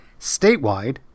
Statewide